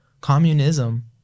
communism